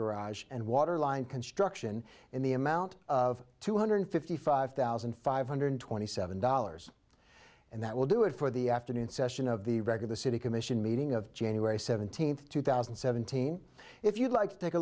garage and water line construction in the amount of two hundred fifty five thousand five hundred twenty seven dollars and that will do it for the afternoon session of the record the city commission meeting of january seventeenth two thousand and seventeen if you'd like to take a